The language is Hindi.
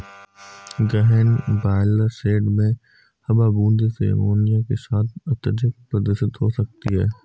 गहन ब्रॉयलर शेड में हवा बूंदों से अमोनिया के साथ अत्यधिक प्रदूषित हो सकती है